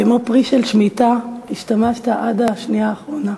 כמו פרי של שמיטה, השתמשת עד השנייה האחרונה.